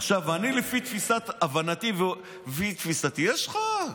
עכשיו, למיטב הבנתי ולפי תפיסתי, יש חוק,